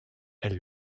elle